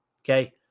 Okay